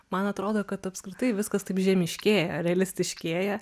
man atrodo kad apskritai viskas taip žemiškėja realistiškėja